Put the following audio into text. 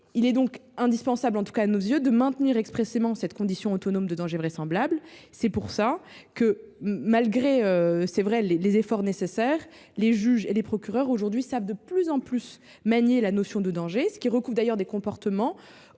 Il est donc indispensable, à nos yeux, de maintenir expressément cette condition autonome de danger vraisemblable. Bien que des efforts restent nécessaires, les juges et les procureurs savent de plus en plus manier la notion de danger, qui recouvre d’ailleurs des comportements